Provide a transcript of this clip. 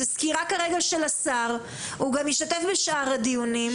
זו סקירה של השר, הוא גם השתתף בשאר הדיונים.